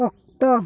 ᱚᱠᱛᱚ